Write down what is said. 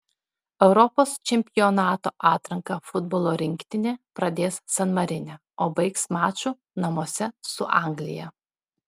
europos čempionato atranką futbolo rinktinė pradės san marine o baigs maču namuose su anglija